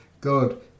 God